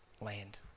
land